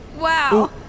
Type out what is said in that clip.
Wow